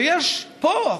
ויש פה,